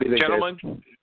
Gentlemen